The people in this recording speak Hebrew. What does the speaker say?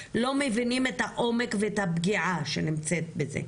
לא מבינים את העומק ואת הפגיעה שבזה.